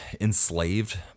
enslaved